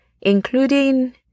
including